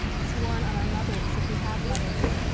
sworn on our mothers if we have mothers,